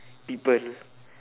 people